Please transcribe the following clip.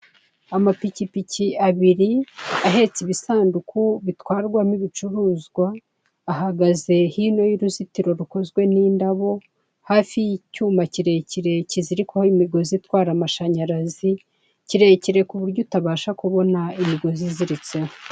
Amapikipiki abiri ahetse ibisanduku bitwarwamo ibicuruzwa ahagaze hino y'uruzitiro rukozwe n'indabo hafi y'icyuma kirekire kizikwaho imigozi itwara amashanyarazi kirekire ku buryo utabasha kubona imigozi iziritseho.